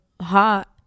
hot